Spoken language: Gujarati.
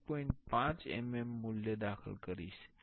5 mm મૂલ્ય દાખલ કરીશ